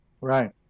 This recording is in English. Right